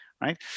right